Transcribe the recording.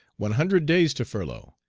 one hundred days to furlough,